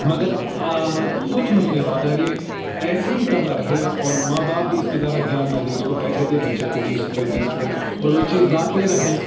مگر کچھ مہینے بعد اگر یہ ایسے ہی کرتا رہے اور ماں باپ بھی اس پہ زیادہ دھیان نہ دیں اس کو پیسے دیں بچے کو بیس روپیے تیس روپیے اور وہ یہ چیز لاتے رہیں